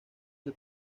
del